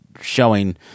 showing